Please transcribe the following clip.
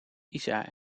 isa